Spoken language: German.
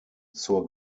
zur